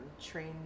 train